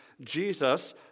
Jesus